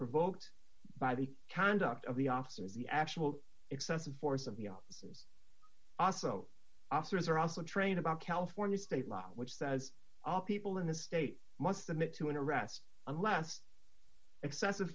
provoked by the conduct of the officers the actual excessive force of the officers also officers are also trained about california state law which says all people in his state must submit to an arrest unless excessive